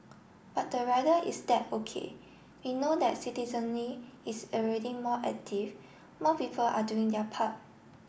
but the rider is that O K we know that citizenry is already more active more people are doing their part